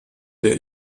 der